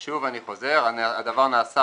שוב אני חוזר, הדבר נעשה